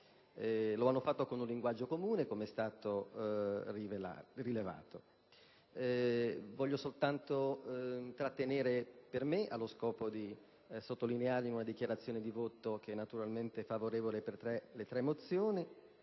interesse, con un linguaggio comune, com'è stato rilevato. Vorrei soltanto trattenere per me, allo scopo di sottolinearle in una dichiarazione di voto, naturalmente favorevole, per le tre mozioni,